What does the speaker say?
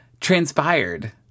Transpired